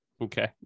Okay